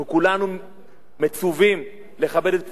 אנחנו כולנו מצווים לכבד את פסיקותיו,